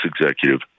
executive